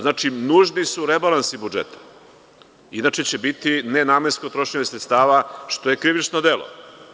Znači da su nužni rebalansi budžeta inače će biti nenamensko trošenje sredstava, što je krivično delo.